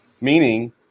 Meaning